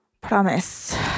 Promise